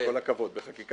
עם כל הכבוד, בחקיקה.